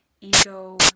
ego